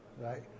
right